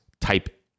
type